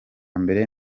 mbere